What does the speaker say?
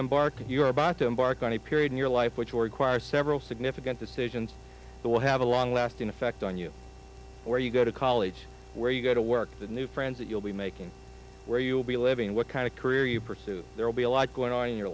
embark and you are about to embark on a period in your life which will require several significant decisions that will have a long lasting effect on you where you go to college where you go to work the new friends that you'll be making where you'll be living what kind of career you pursue there will be a lot going on in your